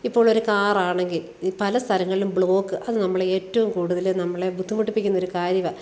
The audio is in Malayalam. ഇപ്പോഴൊരു കാറാണെങ്കിൽ പല സ്ഥലങ്ങളിലും ബ്ലോക്ക് അത് നമ്മളെ ഏറ്റോം കൂടുതൽ നമ്മളെ ബുദ്ധിമുട്ടിപ്പിക്കുന്നൊരു കാര്യമാണ്